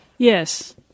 Yes